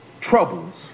Troubles